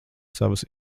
savas